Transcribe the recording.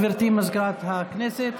גברתי סגנית מזכירת הכנסת,